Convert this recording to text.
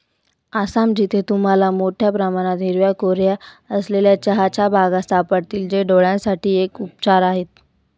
आसाम, जिथे तुम्हाला मोठया प्रमाणात हिरव्या कोऱ्या असलेल्या चहाच्या बागा सापडतील, जे डोळयांसाठी एक उपचार आहे